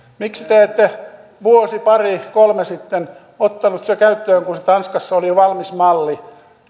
miksi te te ette vuosi pari kolme sitten ottaneet sitä käyttöön kun siitä tanskassa oli jo valmis malli